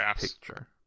picture